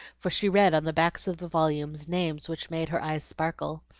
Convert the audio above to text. for she read on the backs of the volumes names which made her eyes sparkle.